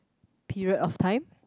period of time